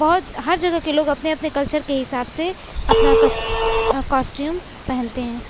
بہت ہر جگہ کے لوگ اپنے اپنے کلچر کے حساب سے اپنا کس کاسٹیوم پہنتے ہیں